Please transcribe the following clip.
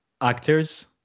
actors